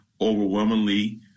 overwhelmingly